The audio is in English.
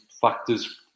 factors